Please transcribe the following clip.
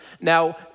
Now